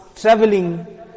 traveling